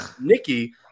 Nikki